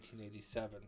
1987